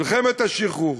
מלחמת השחרור,